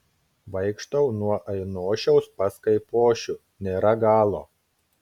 vaikštau nuo ainošiaus pas kaipošių nėra galo